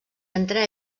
entre